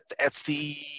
Etsy